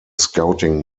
scouting